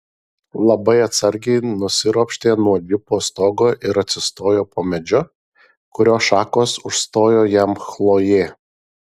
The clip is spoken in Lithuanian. labai atsargiai nusiropštė nuo džipo stogo ir atsistojo po medžiu kurio šakos užstojo jam chlojė